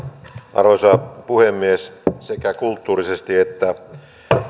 arvoisa puhemies sekä kulttuurisesti että